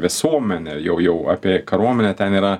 visuomenę jau jau apie karuomenę ten yra